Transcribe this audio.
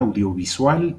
audiovisual